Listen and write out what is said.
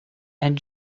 and